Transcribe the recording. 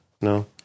no